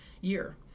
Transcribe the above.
year